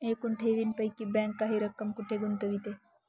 एकूण ठेवींपैकी बँक काही रक्कम कुठे गुंतविते?